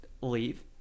leave